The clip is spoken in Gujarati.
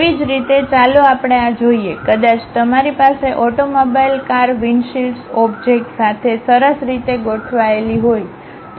તેવી જ રીતે ચાલો આપણે આ જોઈએ કદાચ તમારી પાસે ઓટોમોબાઈલ કાર વિન્ડશિલ્ડ્સ ઓબ્જેક્ટ સાથે સરસ રીતે ગોઠવાયેલી હોય